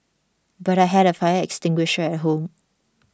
but I had a fire extinguisher at home